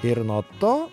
ir nuo to